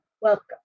welcome